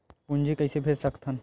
पूंजी कइसे भेज सकत हन?